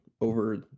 over